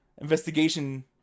investigation